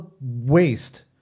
waste